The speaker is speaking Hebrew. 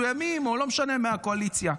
מסוימים, או לא משנה, מהקואליציה.